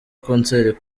concert